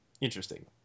Interesting